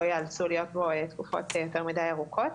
לא ייאלצו להיות בו תקופות יותר מדי ארוכות.